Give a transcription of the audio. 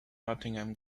nottingham